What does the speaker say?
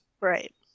Right